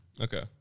Okay